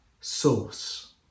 source